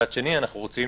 מצד שני אנחנו רוצים